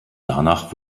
danach